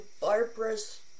Barbara's